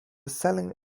selling